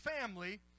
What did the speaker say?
family